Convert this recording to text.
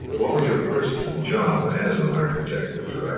what was your first job as an architect, mr. wright?